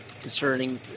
concerning